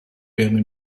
bernie